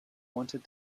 wanted